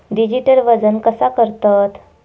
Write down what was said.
Digital वजन कसा करतत?